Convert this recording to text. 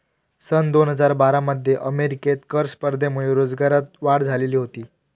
सन दोन हजार बारा मध्ये अमेरिकेत कर स्पर्धेमुळे रोजगारात वाढ झालेली होती